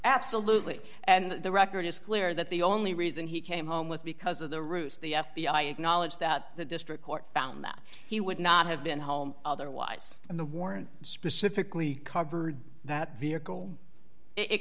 absolutely and the record is clear that the only reason he came home was because of the roots the f b i acknowledged that the district court found that he would not have been home otherwise and the warrant specifically covered that vehicle it